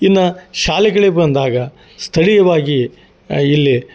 ಇನ್ನ ಶಾಲೆಗಳಿಗೆ ಬಂದಾಗ ಸ್ಥಳೀಯವಾಗಿ ಇಲ್ಲಿ